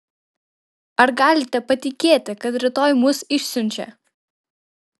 ar galite patikėti kad rytoj mus išsiunčia